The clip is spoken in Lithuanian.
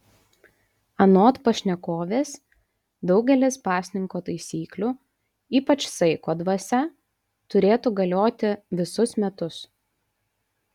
anot pašnekovės daugelis pasninko taisyklių ypač saiko dvasia turėtų galioti visus metus